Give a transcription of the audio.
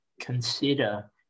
consider